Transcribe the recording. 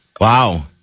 Wow